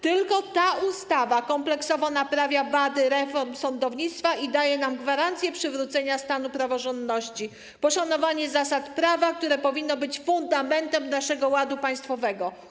Tylko ta ustawa kompleksowo naprawia wady reform sądownictwa i daje nam gwarancję przywrócenia stanu praworządności, poszanowania zasad prawa, które powinno być fundamentem naszego ładu państwowego.